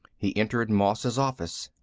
he entered moss's office.